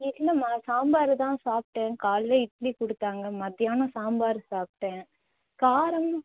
இல்லைமா சாம்பார் தான் சாப்பிட்டேன் காலைல இட்லி கொடுத்தாங்க மத்யானம் சாம்பார் சாப்பிட்டேன் காரம்